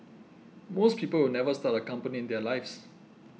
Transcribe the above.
most people will never start a company in their lives